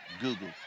Google